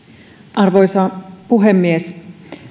arvoisa puhemies